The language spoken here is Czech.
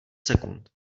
sekund